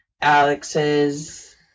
Alex's